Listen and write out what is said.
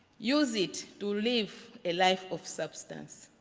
use it to live a life of substance.